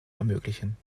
ermöglichen